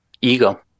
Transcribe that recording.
ego